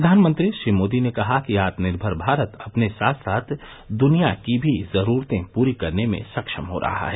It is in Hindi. प्रधानमंत्री श्री मोदी ने कहा कि आत्मनिर्भर भारत अपने साथ साथ दुनिया की भी जरूरतें पूरी करने में सक्षम हो रहा है